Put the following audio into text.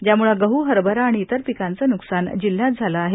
ज्याम्ळं गह हरभरा आणि इतर पिकांचं न्कसान जिल्ह्यात झाल आहे